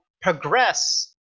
progress